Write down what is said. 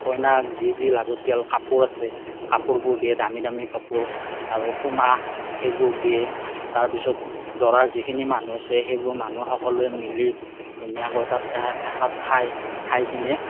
কইনাক যি যি লাগতিয়াল কাপোৰ আছে কাপোৰবোৰ দিয়ে দামী দামী কাপোৰ আৰু সোণা সেইবোৰ দিয়ে তাৰ পিছত দৰা যিখিনি মানুহ আছে সেইবোৰ মানুহক সকলোৱে মিলি ধুনীয়াকৈ তাত এসাঁজ খায় খাই কেনে